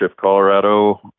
Colorado